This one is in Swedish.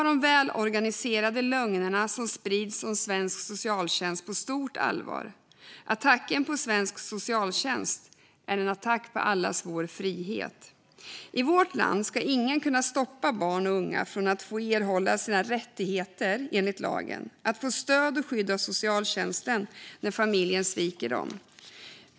De välorganiserade lögnerna som sprids om svensk socialtjänst måste tas på stort allvar. Attacken på svensk socialtjänst är en attack på allas vår frihet. I vårt land ska ingen kunna stoppa barn och unga från att erhålla sina rättigheter enligt lagen och få stöd och skydd av socialtjänsten när familjen sviker.